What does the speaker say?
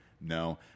No